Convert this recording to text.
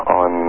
on